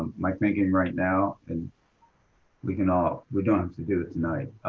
my thinking right now, and we can all we don't have to do it tonight.